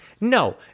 No